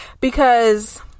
Because-